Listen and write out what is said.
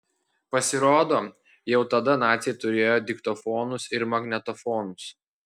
pasirodo jau tada naciai turėjo diktofonus ir magnetofonus